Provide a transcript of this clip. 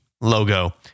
logo